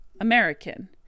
American